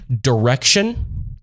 direction